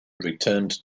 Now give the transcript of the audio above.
returned